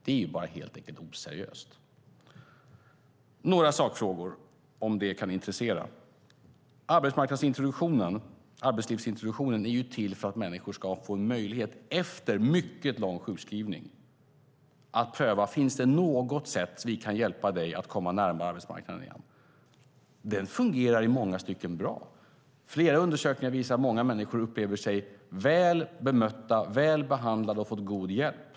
Låt mig nämna några sakfrågor om det kan intressera. Arbetslivsintroduktionen är till för att människor efter en mycket lång sjukskrivning ska få möjlighet att pröva om det finns något sätt som vi kan hjälpa dem att komma närmare arbetsmarknaden igen. Den fungerar bra i många stycken. Flera undersökningar visar att många människor upplever sig väl bemötta och väl behandlade och att de har fått god hjälp.